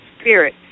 spirit